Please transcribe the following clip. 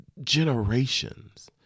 generations